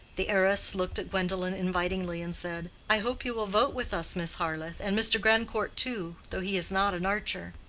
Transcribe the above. the heiress looked at gwendolen invitingly and said, i hope you will vote with us, miss harleth, and mr. grandcourt too, though he is not an archer.